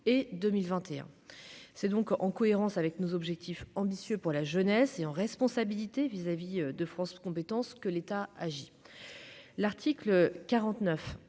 c'est donc en cohérence avec nos objectifs ambitieux pour la jeunesse et en responsabilité vis à vis de France compétences que l'État agit l'article 49